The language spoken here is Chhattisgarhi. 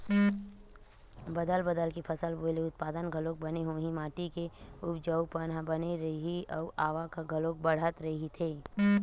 बदल बदल के फसल बोए ले उत्पादन घलोक बने होही, माटी के उपजऊपन ह बने रइही अउ आवक ह घलोक बड़ाथ रहीथे